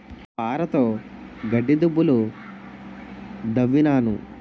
పారతోగడ్డి దుబ్బులు దవ్వినాను